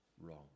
wrong